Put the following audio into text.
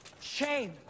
Shame